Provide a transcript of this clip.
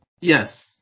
Yes